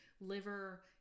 liver